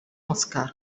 oscar